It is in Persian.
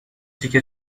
تیکه